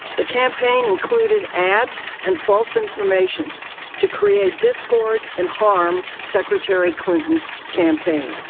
the campaign included ads and false information to create disorder and hard secretary clinton's campaign.